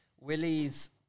Willie's